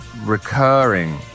recurring